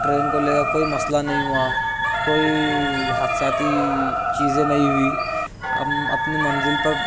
train کو لے کر کوئی مسئلہ نہیں ہوا کوئی حادثاتی چیزیں نہیں ہوئی ہم اپنی منزل پر